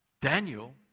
Daniel